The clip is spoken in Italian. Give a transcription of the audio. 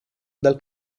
dal